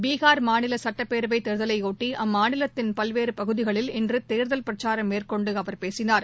பீகார் மாநில சட்டப்பேரவைத் தேர்தலையொட்டி அம்மாநிலத்தின் பல்வேறு பகுதிகளில் இன்று தேர்தல் பிரச்சாரம் மேற்கொண்டு அவர் பேசினார்